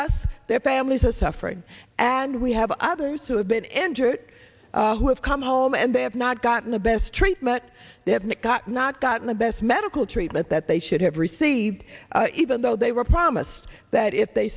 us their families are suffering and we have others who have been entered who have come home and they have not gotten the best treatment they haven't got not gotten the best medical treatment that they should have received even though they were promised that if they